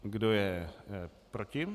Kdo je proti?